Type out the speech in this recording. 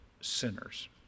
sinners